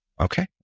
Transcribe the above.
Okay